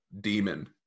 demon